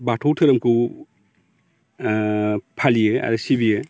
बाथौ धोरोमखौ फालियो आरो सिबियो